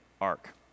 arc